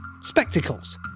Spectacles